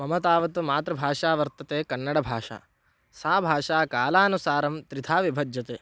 मम तावत् मातृभाषा वर्तते कन्नडभाषा सा भाषा कालानुसारं त्रिधा विभज्यते